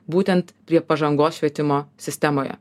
būtent prie pažangos švietimo sistemoje